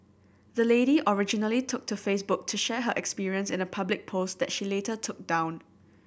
the lady originally took to Facebook to share her experience in a public post that she later took down